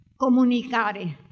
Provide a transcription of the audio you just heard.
comunicare